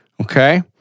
okay